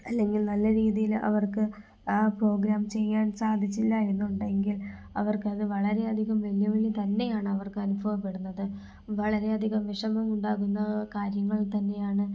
അല്ലെങ്കിൽ നല്ല രീതിയിൽ അവർക്ക് ആ പ്രോഗ്രാം ചെയ്യാൻ സാധിച്ചില്ല എന്നുണ്ടെങ്കിൽ അവർക്കത് വളരെ അധികം വെല്ലുവിളി തന്നെയാണ് അവർക്ക് അനുഭവപ്പെടുന്നത് വളരെ അധികം വിഷമം ഉണ്ടാകുന്ന കാര്യങ്ങൾ തന്നെയാണ്